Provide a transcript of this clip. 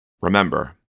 Remember